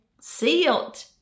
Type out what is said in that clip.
sealed